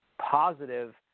positive